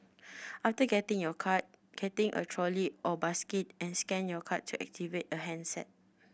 after getting your card getting a trolley or basket and scan your card to activate a handset